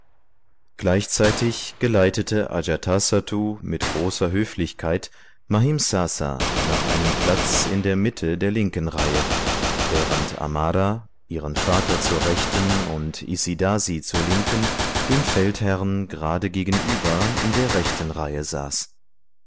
gleichzeitig geleitete ajatasattu mit großer höflichkeit mahimsasa nach einem platz in der mitte der linken reihe während amara ihren vater zur rechten und isidasi zur linken dem feldherrn gerade gegenüber in der rechten reihe saß